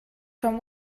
from